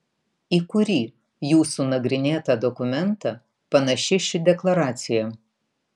į kurį jūsų nagrinėtą dokumentą panaši ši deklaracija